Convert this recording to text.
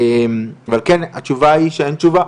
ועל כן התשובה היא שאין תשובה.